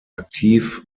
aktiv